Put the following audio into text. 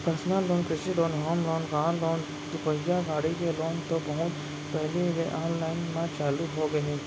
personal loan, कृषि loan, home loan, car loan, दुपहिया गाड़ी के लोन तो बहुत पहिली ले आनलाइन म चालू होगे हे